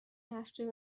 laughed